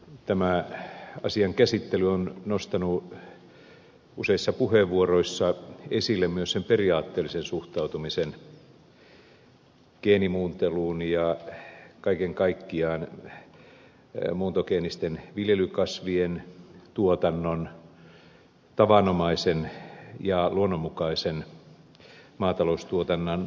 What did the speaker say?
tämä asian käsittely on nostanut useissa puheenvuoroissa esille myös sen periaatteellisen suhtautumisen geenimuunteluun ja kaiken kaikkiaan muuntogeenisten viljelykasvien tuotantoon tavanomaisen ja luonnonmukaisen maataloustuotannon rinnalla